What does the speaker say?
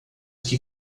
que